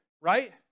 right